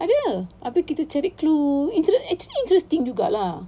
ada abeh kita cari clue actually interesting juga lah